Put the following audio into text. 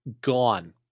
gone